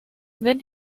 then